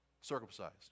circumcised